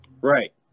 right